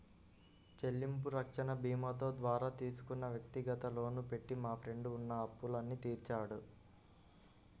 చెల్లింపు రక్షణ భీమాతో ద్వారా తీసుకున్న వ్యక్తిగత లోను పెట్టి మా ఫ్రెండు ఉన్న అప్పులన్నీ తీర్చాడు